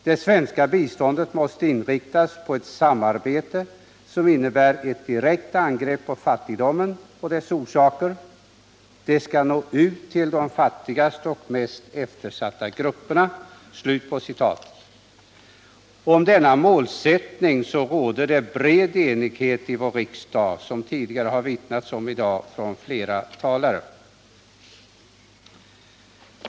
Det svenska biståndet måste inriktas på ett samarbete, som innebär ett direkt angrepp på fattigdomen och dess orsaker, det skall nå ut till de fattigaste och mest eftersatta grupperna.” Om denna målsättning råder det bred enighet i vår riksdag, vilket det vittnats om tidigare i dag från flera talare.